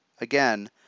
Again